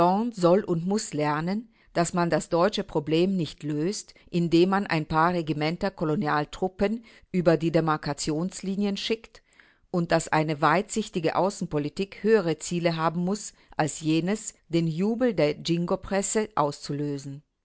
soll und muß lernen daß man das deutsche problem nicht löst indem man ein paar regimenter kolonialtruppen über die demarkationslinien schickt und daß eine weitsichtige außenpolitik höhere ziele haben muß als jenes den jubel der jingopresse auszulösen